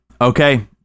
Okay